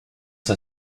ça